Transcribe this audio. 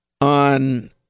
on